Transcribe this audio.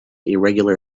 irregular